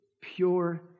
pure